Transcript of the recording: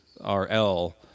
RL